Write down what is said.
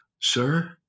sir